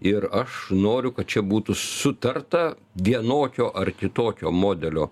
ir aš noriu kad čia būtų sutarta vienokio ar kitokio modelio